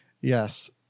Yes